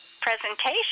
presentation